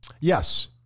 Yes